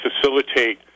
facilitate